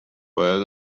باید